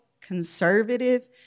conservative